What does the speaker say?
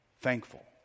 thankful